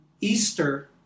Easter